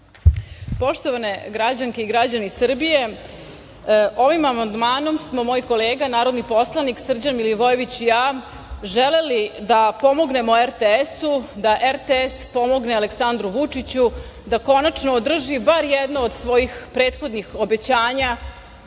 Poštovane građanke i građani Srbije, ovim amandmanom smo, moj kolega narodni poslanik Srđan Milivojević i ja, želeli da pomognemo RTS-u da RTS pomogne Aleksandru Vučiću da konačno održi bar jedno od svojih prethodnih obećanja